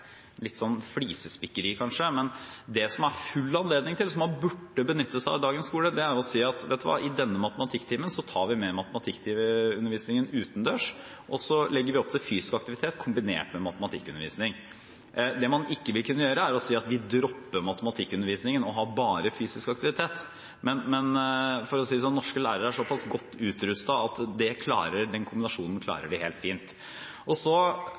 litt flisespikkeri, kanskje – er at det er full anledning til, og noe man burde benytte seg av i dagens skole, å si at i denne matematikktimen tar vi med matematikkundervisningen utendørs, og så legger vi opp til fysisk aktivitet kombinert med matematikkundervisning. Det man ikke vil kunne gjøre, er å si at man dropper matematikkundervisningen og har bare fysisk aktivitet. Men for å si det sånn: Norske lærere er såpass godt utrustet at den kombinasjonen klarer de helt fint.